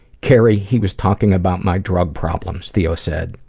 kerry, he was talking about my drug problems theo said.